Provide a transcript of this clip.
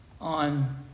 on